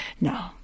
No